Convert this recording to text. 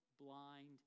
blind